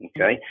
Okay